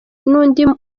n’undi